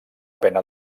pena